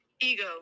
Ego